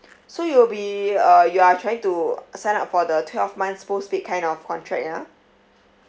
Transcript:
so you'll be uh you are trying to sign up for the twelve months postpaid kind of contract ah